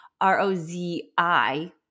R-O-Z-I